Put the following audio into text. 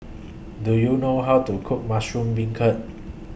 Do YOU know How to Cook Mushroom Beancurd